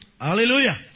Hallelujah